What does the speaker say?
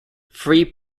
free